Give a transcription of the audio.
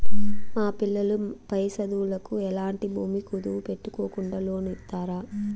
మా పిల్లలు పై చదువులకు ఎట్లాంటి భూమి కుదువు పెట్టుకోకుండా లోను ఇస్తారా